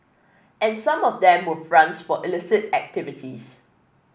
and some of them were fronts for illicit activities